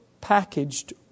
packaged